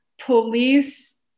police